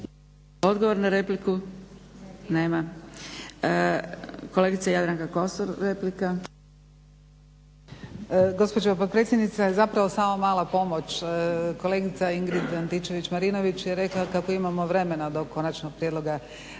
Odgovor na repliku? Nema. Kolegica Jadranka Kosor, replika. **Kosor, Jadranka (HDZ)** Gospođo potpredsjednice zapravo samo mala pomoć. Kolegica Ingrid Antičević-Marinović je rekla kako imamo vremena do konačnog prijedloga